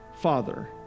Father